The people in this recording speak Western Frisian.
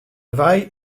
wei